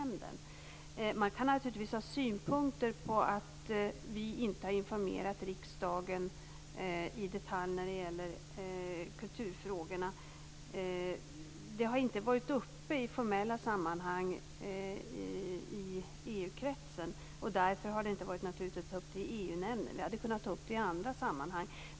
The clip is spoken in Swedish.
Man kan naturligtvis ha synpunkter på att vi inte har informerat riksdagen i detalj när det gäller kulturfrågorna. Det här har inte varit uppe i formella sammanhang i EU-kretsen. Därför har det inte varit naturligt att ta upp det i EU-nämnden. Vi hade kunnat ta upp det i andra sammanhang.